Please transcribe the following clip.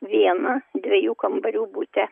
viena dviejų kambarių bute